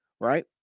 right